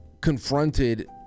confronted